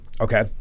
okay